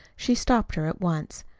she stopped her at once.